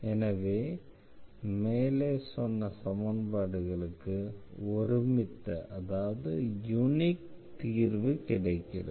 எனவே மேலே சொன்ன சமன்பாடுகளுக்கு ஒருமித்த தீர்வு கிடைக்கிறது